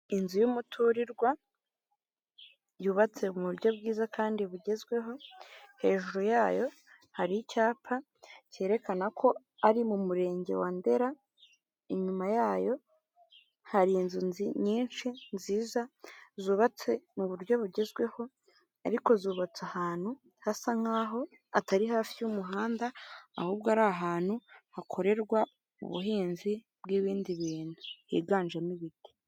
Inzu y'umuturirwa, yubatse mu buryo bwiza kandi bugezweho, hejuru yayo hari icyapa cyerekana ko ari mu murenge wa Ndera, inyuma yayo hari inzu nyinshi, nziza, zubatse mu buryo bugezweho, ariko zubatse ahantu hasa nk'aho atari hafi y'umuhanda, ahubwo ari ahantu hakorerwa ubuhinzi bw'ibindi bintu, higanjemo ibiti.